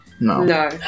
no